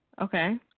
Okay